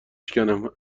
شکنم